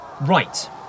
Right